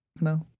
No